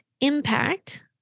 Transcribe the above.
impact